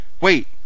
Wait